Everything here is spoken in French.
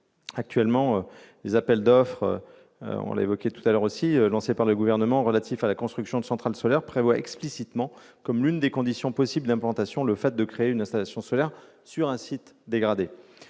Actuellement, les appels d'offres lancés par le Gouvernement relatifs à la construction de centrales solaires prévoient explicitement, comme l'une des conditions possibles d'implantation, le fait de créer une installation solaire sur un site dégradé.